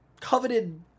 coveted